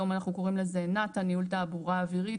היום אנחנו קוראים לזה נת"א - ניהול תעבורה אווירית.